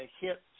hit